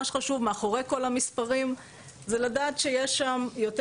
מה שחשוב מאחורי כל המספרים זה לדעת שיש שם יותר